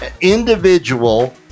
individual